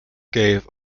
gave